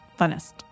Funnest